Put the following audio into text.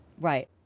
Right